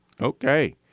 Okay